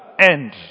end